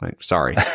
Sorry